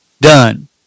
Done